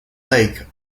lake